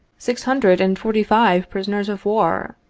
six hundred and forty-five prisoners of war,